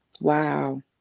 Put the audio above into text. Wow